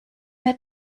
mehr